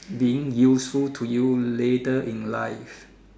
being useful to you later in life